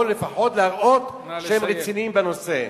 או לפחות להראות שהם רציניים בנושא.